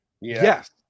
Yes